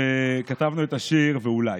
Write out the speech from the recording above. וכתבנו את השיר "ואולי":